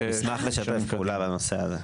נשמח לשתף פעולה בנושא הזה.